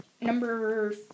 number